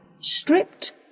stripped